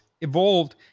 evolved